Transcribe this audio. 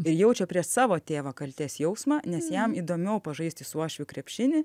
ir jaučia prieš savo tėvą kaltės jausmą nes jam įdomiau pažaisti su uošviu krepšinį